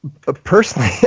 personally